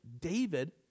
David